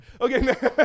Okay